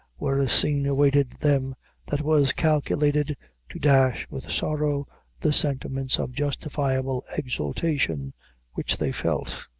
where a scene awaited them that was calculated to dash with sorrow the sentiments of justifiable exultation which they felt.